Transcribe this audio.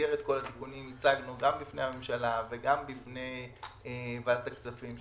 במסגרת כל התיקונים הצגנו גם בפני הממשלה וגם בפני ועדת הכספים,